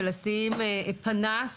ולשים פנס,